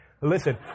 Listen